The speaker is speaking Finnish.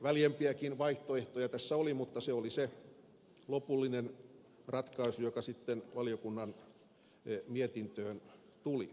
väljempiäkin vaihtoehtoja tässä oli mutta se oli se lopullinen ratkaisu joka sitten valiokunnan mietintöön tuli